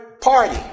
party